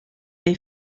est